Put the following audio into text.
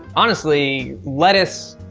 honestly, lettuce,